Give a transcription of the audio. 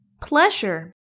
Pleasure